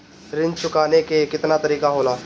ऋण चुकाने के केतना तरीका होला?